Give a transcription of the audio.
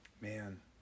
man